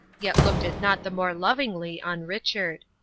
yet looked it not the more lovingly on richard.